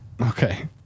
Okay